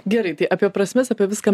gerai tai apie prasmes apie viską